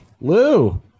Lou